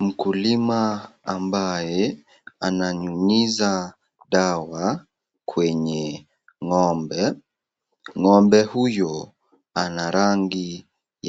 Mkulima ambaye ananyunyiza dawa kwenye ng'ombe, ng'ombe huyu ni wa rangi